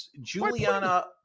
juliana